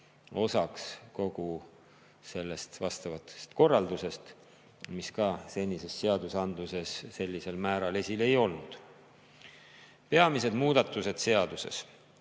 osaks kogu selles korraldustes. Senises seadusandluses see sellisel määral esil ei olnud. Peamised muudatused seaduses.